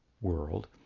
world